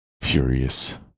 furious